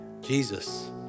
Jesus